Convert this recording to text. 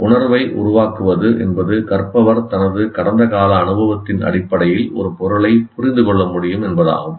உணர்வை உருவாக்குவது என்பது கற்பவர் தனது கடந்த கால அனுபவத்தின் அடிப்படையில் ஒரு பொருளைப் புரிந்து கொள்ள முடியும் என்பதாகும்